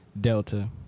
Delta